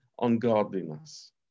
ungodliness